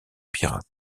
pirates